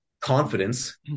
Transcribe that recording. confidence